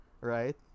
right